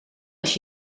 als